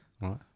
Right